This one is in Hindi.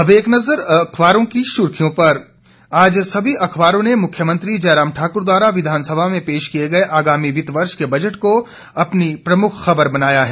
अब एक नज़र अखबारों की सुर्खियों पर आज सभी अखबारों ने मुख्यमंत्री जयराम ठाकुर द्वारा विधानसभा में पेश किये गए आगामी वित्त वर्ष के बजट को अपनी प्रमुख खबर बनाया है